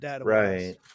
Right